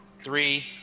three